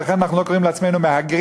ולכן אנחנו לא קוראים לעצמנו "מהגרים",